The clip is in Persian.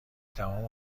تمام